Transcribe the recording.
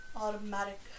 automatic